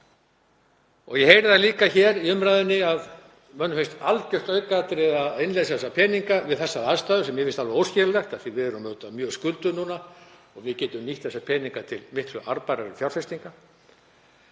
Ég heyrði það líka hér í umræðunni að mönnum finnst algjört aukaatriði að innleysa þessa peninga við þessar aðstæður, sem mér finnst alveg óskiljanlegt, af því við erum auðvitað mjög skuldug núna og getum nýtt þessa peninga til miklu arðbærari fjárfestinga.